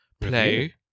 play